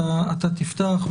שאתה תפתח,